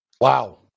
Wow